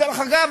דרך אגב,